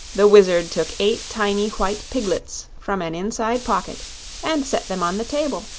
the wizard took eight tiny white piglets from an inside pocket and set them on the table.